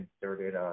started